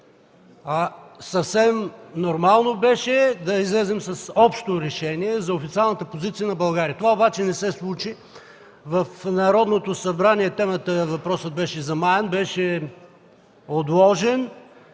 Съвсем нормално беше да излезем с общо решение за официалната позиция на България. Това обаче не се случи. В Народното събрание въпросът беше замаян, беше отложен,